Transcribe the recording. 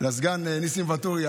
ניסים ואטורי,